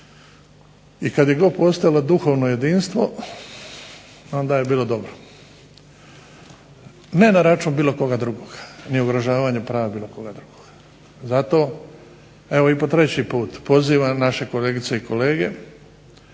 i kad je god postojalo duhovno jedinstvo, onda je bilo dobro, ne na račun bilo koga drugoga, ni ugrožavanja prava bilo koga drugoga, zato evo i po treći put pozivam naše kolegice i kolege